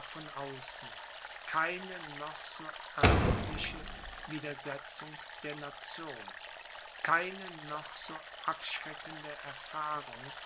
von außen keine noch so ernstliche widersetzung der nation keine noch so abschreckende erfahrung